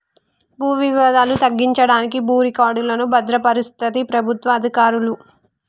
భూ వివాదాలు తగ్గించడానికి భూ రికార్డులను భద్రపరుస్తది ప్రభుత్వ అధికారులు